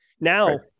Now